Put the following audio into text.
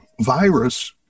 virus